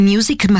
Music